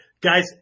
guys